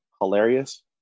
hilarious